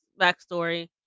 backstory